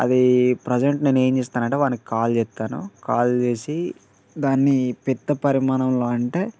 అది ప్రజెంట్ నేను ఏం చేస్తానంటే వాళ్ళకి కాల్ చేస్తాను కాల్ చేసి దాన్ని పెద్ద పరిమాణంలో అంటే